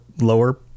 lower